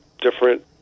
different